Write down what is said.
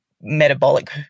metabolic